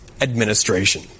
administration